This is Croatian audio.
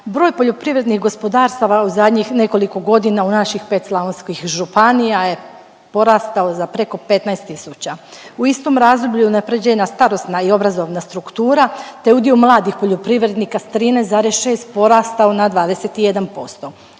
Broj poljoprivrednih gospodarstava u zadnjih nekoliko godina u naših 5 slavonskih županija je porastao za preko 15 tisuća. U istom razdoblju unaprjeđena starosna i obrazovna struktura te udio mladih poljoprivrednika s 13,6 porastao na 21%.